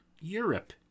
Europe